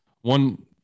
One